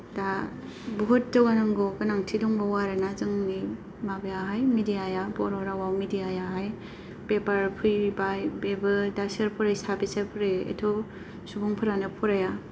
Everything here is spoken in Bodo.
दा बुहुत जौगानांगौ गोनांथि दंबावो आरोना जोंनि माबायाहाय मिडियाया बर' रावआव मिडियायाहाय पेपार फैबाय बेबो दा सोर फरायो साबैसे फरायो एथ्थ' सुबुंफ्रानो फराया